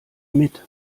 mit